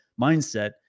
mindset